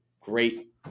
great